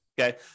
okay